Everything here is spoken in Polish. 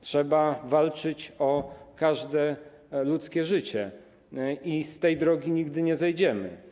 Trzeba walczyć o każde ludzkie życie i z tej drogi nigdy nie zejdziemy.